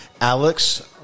Alex